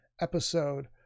episode